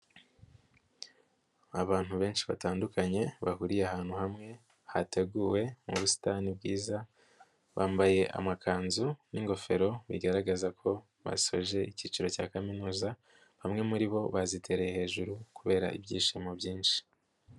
Abantu benshi batandukanye bahuriye ahantu hamwe hateguwe mu busitani bwiza, bambaye amakanzu n'ingofero bigaragaza ko basoje ikiciro cya kaminuza, bamwe muri bo bazitereye hejuru kubera ibyishimo byinshi.